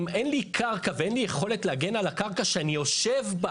אם אין לי קרקע ואין לי יכולת להגן על הקרקע שאני יושב בה